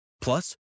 Plus